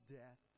death